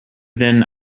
then